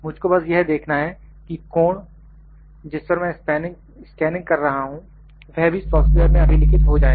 मुझ को बस यह देखना है कि कोण जिस पर मैं स्कैनिंग कर रहा हूं वह भी सॉफ्टवेयर में अभिलिखित हो जाए